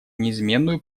неизменную